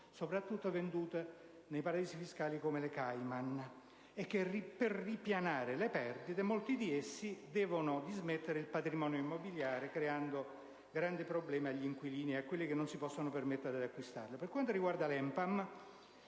soprattutto in paradisi fiscali come le Cayman, e che per ripianare le perdite molti di essi dovranno dismettere il patrimonio immobiliare, creando grandi problemi agli inquilini e a coloro che non si possono permettere di acquistare un immobile. Per quanto riguarda l'ENPAM,